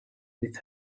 with